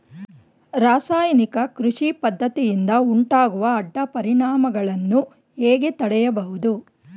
ರಾಸಾಯನಿಕ ಕೃಷಿ ಪದ್ದತಿಯಿಂದ ಉಂಟಾಗುವ ಅಡ್ಡ ಪರಿಣಾಮಗಳನ್ನು ಹೇಗೆ ತಡೆಯಬಹುದು?